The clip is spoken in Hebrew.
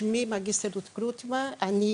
שמי קרוטמן רות,